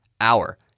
hour